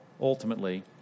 ultimately